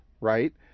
right